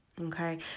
okay